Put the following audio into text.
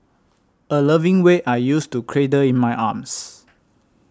a loving weight I used to cradle in my arms